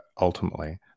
Ultimately